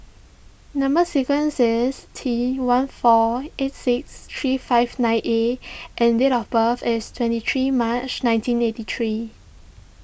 Number Sequence is T one four eight six three five nine A and date of birth is twenty three March nineteen eighty three